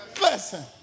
Listen